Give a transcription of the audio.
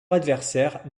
adversaires